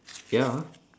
ya